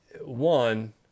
One